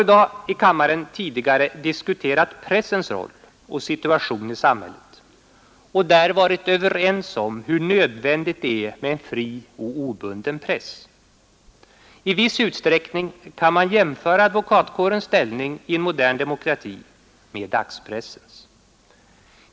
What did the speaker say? Vi har tidigare i dag diskuterat pressens roll och situation i samhället och varit överens om hur nödvändigt det är med en fri och obunden press. I viss utsträckning kan man jämföra advokatkårens ställning i en modern demokrati med dagspressens.